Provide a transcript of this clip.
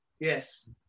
Yes